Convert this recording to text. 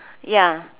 ya